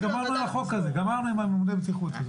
גמרנו עם ממונה הבטיחות.